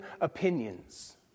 opinions